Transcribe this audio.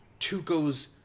Tuco's